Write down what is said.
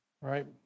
right